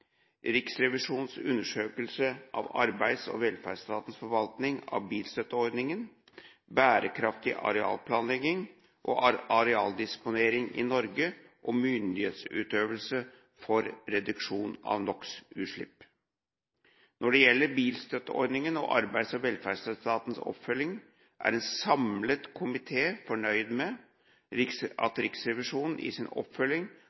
Riksrevisjonens undersøkelse av Arbeids- og velferdsetatens forvaltning av bilstøtteordningen bærekraftig arealplanlegging og arealdisponering i Norge myndighetsutøvelse for reduksjon av NOx-utslipp Når det gjelder bilstøtteordningen og Arbeids- og velferdsetatens oppfølging, er en samlet komité fornøyd med at Riksrevisjonen i sin oppfølging